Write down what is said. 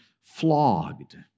flogged